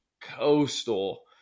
Coastal